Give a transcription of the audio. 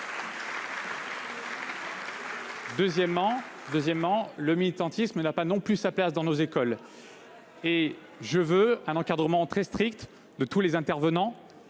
Deuxièmement, le militantisme n’a pas non plus sa place dans notre école. Je veux un encadrement très strict de tous les intervenants